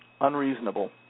unreasonable